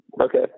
Okay